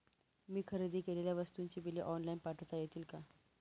मी खरेदी केलेल्या वस्तूंची बिले ऑनलाइन पाठवता येतील का?